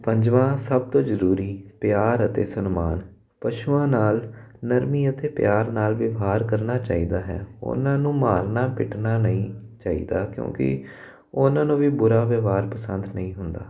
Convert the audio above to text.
ਪੰਜਵਾਂ ਸਭ ਤੋਂ ਜ਼ਰੂਰੀ ਪਿਆਰ ਅਤੇ ਸਨਮਾਨ ਪਸ਼ੂਆਂ ਨਾਲ ਨਰਮੀ ਅਤੇ ਪਿਆਰ ਨਾਲ ਵਿਵਹਾਰ ਕਰਨਾ ਚਾਹੀਦਾ ਹੈ ਉਹਨਾਂ ਨੂੰ ਮਾਰਨਾ ਪਿੱਟਣਾ ਨਹੀਂ ਚਾਹੀਦਾ ਕਿਉਂਕਿ ਉਹਨਾਂ ਨੂੰ ਵੀ ਬੁਰਾ ਵਿਵਹਾਰ ਪਸੰਦ ਨਹੀਂ ਹੁੰਦਾ